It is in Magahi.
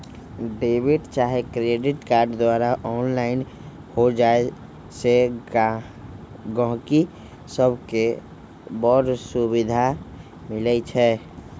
डेबिट चाहे क्रेडिट कार्ड द्वारा ऑनलाइन हो जाय से गहकि सभके बड़ सुभिधा मिलइ छै